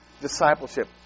discipleship